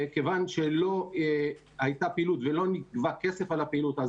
ומכיוון שלא הייתה פעילות ולא נגבה כסף על הפעילות,